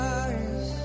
eyes